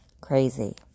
crazy